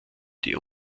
die